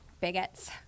Bigots